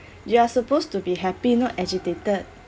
you are supposed to be happy not agitated